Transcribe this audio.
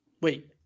Wait